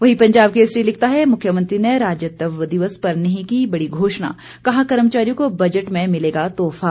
वहीं पंजाब केसरी लिखता है मुख्यमंत्री ने राज्यत्व दिवस पर नहीं की बड़ी घोषणा कहा कर्मचारियों को बजट में मिलेगा तोहफा